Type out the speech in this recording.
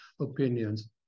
opinions